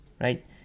right